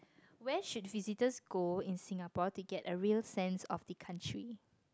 where should visitors go in Singapore to get a real sense of the country